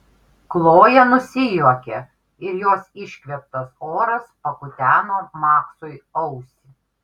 kloja nusijuokė ir jos iškvėptas oras pakuteno maksui ausį